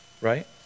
right